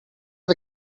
are